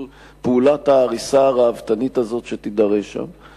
פעולת ההריסה הראוותנית הזאת שתידרש שם,